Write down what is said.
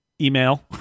email